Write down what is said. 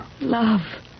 Love